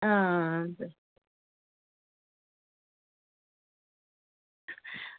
हां